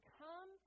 come